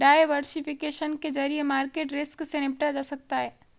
diversification के जरिए market risk से निपटा जा सकता है